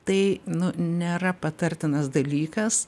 tai nu nėra patartinas dalykas